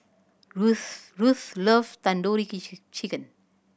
Ruthanne Ruthanne love Tandoori Chicken